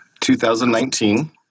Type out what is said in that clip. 2019